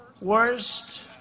worst